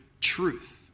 truth